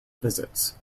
visits